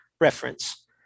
reference